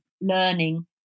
learning